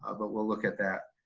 ah but we'll look at that.